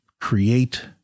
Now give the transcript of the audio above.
create